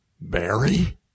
Barry